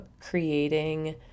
creating